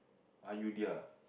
are you dia